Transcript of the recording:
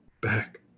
back